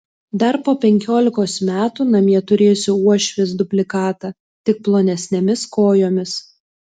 dar po penkiolikos metų namie turėsiu uošvės dublikatą tik plonesnėmis kojomis